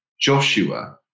Joshua